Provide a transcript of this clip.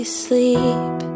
sleep